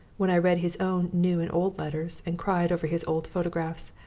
when i read his own new and old letters, and cried over his old photographs.